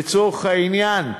לצורך העניין,